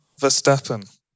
Verstappen